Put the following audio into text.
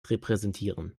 repräsentieren